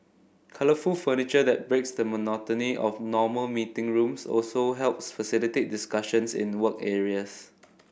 colourful furniture that breaks the monotony of normal meeting rooms also helps facilitate discussions in work areas